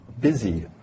busy